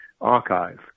archive